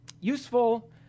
Useful